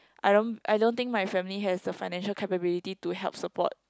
I don't I don't think my family has the financial capability to help support